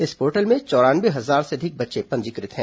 इस पोर्टल में चौरानवे हजार से अधिक बच्चे पंजीकृत हैं